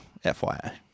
FYI